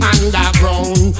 Underground